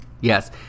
Yes